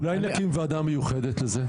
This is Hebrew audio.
אולי נקים ועדה מיוחדת לזה?